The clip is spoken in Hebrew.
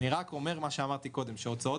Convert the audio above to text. אני רק אומר מה שאמרתי קודם: שהוצאות